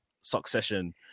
succession